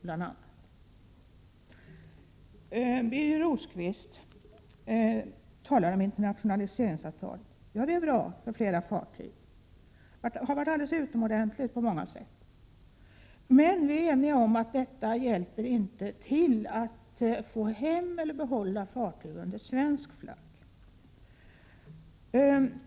Birger Rosqvist talade om internationaliseringsavtal för fler fartyg. Det är bra. Det har varit alldeles utomordentligt på många sätt. Men vi är eniga om att det inte bidrar till att få hem eller behålla fartyg under svensk flagg.